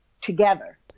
together